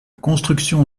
construction